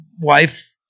wife